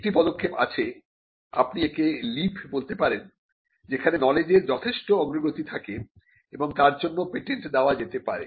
একটি পদক্ষেপ আছে আপনি একে লিপ বলতে পারেন যেখানে নলেজের যথেষ্ট অগ্রগতি থাকে এবং তার জন্য পেটেন্ট দেওয়া যেতে পারে